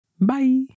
Bye